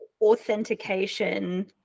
authentication